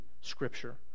scripture